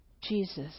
Jesus